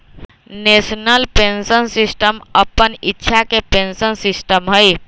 national pension system अप्पन इच्छा के पेंशन सिस्टम हइ